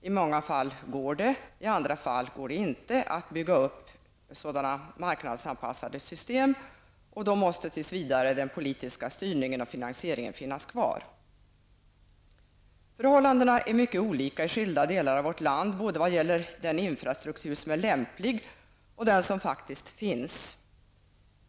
I många fall går det, i andra fall inte, att bygga upp sådana marknadsanpassade system. Då måste tills vidare den politiska styrningen och finansieringen finnas kvar. Förhållandena är mycket olika i skilda delar av vårt land vad gäller både den infrastruktur som är lämplig och den som faktiskt finns.